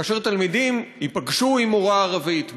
כאשר ילדים ייפגשו עם מורה ערבית,